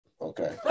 Okay